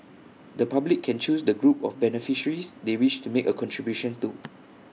the public can choose the group of beneficiaries they wish to make A contribution to